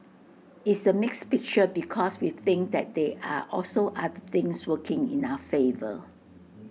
it's A mixed picture because we think that they are also other things working in our favour